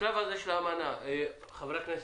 בשלב הזה של האמנה, חברי הכנסת,